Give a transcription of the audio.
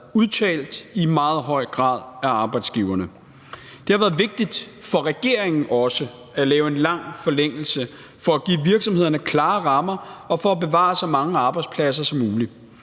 udtalt af arbejdsgiverne. Det har også været vigtigt for regeringen at lave en lang forlængelse for at give virksomhederne klare rammer og for at bevare så mange arbejdspladser som muligt.